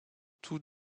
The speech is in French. tous